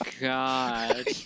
god